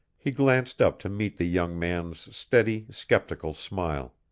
he glanced up to meet the young man's steady, sceptical smile.